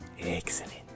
Excellent